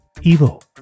Evil